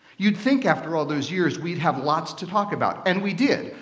you'd think after all those years we'd have lots to talk about, and we did.